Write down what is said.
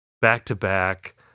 back-to-back